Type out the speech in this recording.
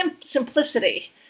simplicity